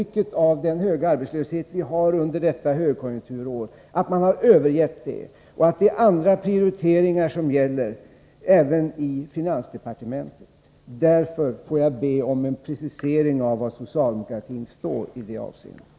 Den höga arbetslöshet vi har under detta högkonjunkturår måste ge intrycket att socialdemokratin övergett detta mål och att det är andra prioriteringar som gäller, även i finansdepartementet. Jag får därför be om en precisering av var socialdemokratin står i det avseendet.